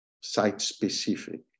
site-specific